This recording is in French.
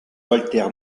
walter